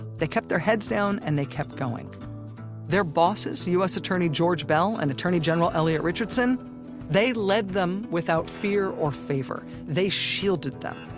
they kept their heads down and they kept going their bosses us attorney george beall and attorney general elliot richardson they led them without fear or favor, they shielded them.